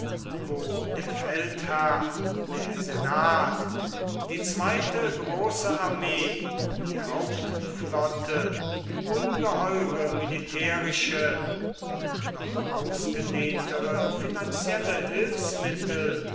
wo der feldherr der senat die zweite große armee die hauptflotte ungeheure militärische und noch ausgedehntere finanzielle hilfsmittel